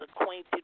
acquainted